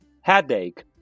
headache